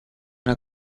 una